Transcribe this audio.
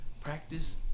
Practice